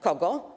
Kogo?